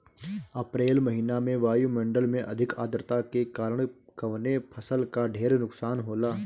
अप्रैल महिना में वायु मंडल में अधिक आद्रता के कारण कवने फसल क ढेर नुकसान होला?